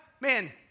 man